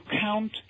count